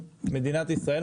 מדינת ישראל,